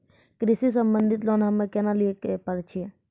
कृषि संबंधित लोन हम्मय केना लिये पारे छियै?